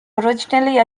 originally